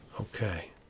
Okay